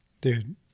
Dude